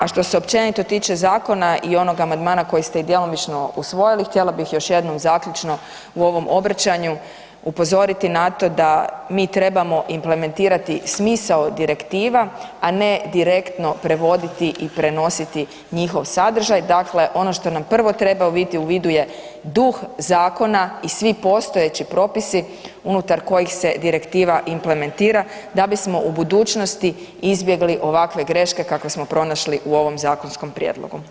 A što se općenito tiče zakona i onog amandmana koji ste i djelomično usvojili htjela bih još jednom zaključno u ovom obraćanju upozoriti na to da mi trebamo implementirati smisao direktiva, a ne direktno prevoditi i prenositi njihov sadržaj, dakle ono što nam prvo treba biti u vidu je duh zakona i svi postojeći propisi unutar kojih se direktiva implementira da bismo u budućnosti izbjegli ovakve greške kakve smo pronašli u ovom zakonskom prijedlogu.